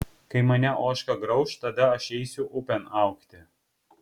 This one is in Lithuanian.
kai mane ožka grauš tada aš eisiu upėn augti